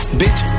bitch